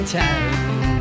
town